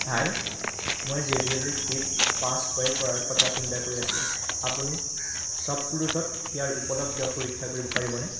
হাই মই J B L flip পাঁচ ক্ৰয় কৰাৰ কথা চিন্তা কৰি আছোঁ আপুনি শ্বপক্লুজত ইয়াৰ উপলব্ধ পৰীক্ষা কৰিব পাৰিবনে